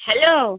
hello